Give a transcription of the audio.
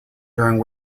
during